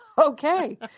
Okay